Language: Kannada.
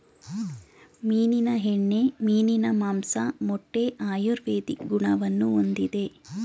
ಮೀನಿನ ಎಣ್ಣೆ, ಮೀನಿನ ಮಾಂಸ, ಮೊಟ್ಟೆ ಆಯುರ್ವೇದಿಕ್ ಗುಣವನ್ನು ಹೊಂದಿದೆ